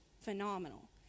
phenomenal